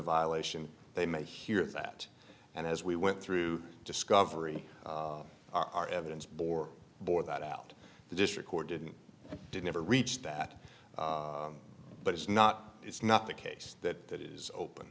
violation they may hear that and as we went through discovery our evidence bore bore that out the district court didn't didn't ever reach that but it's not it's not the case that that is open